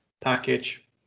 package